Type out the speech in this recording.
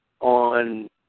on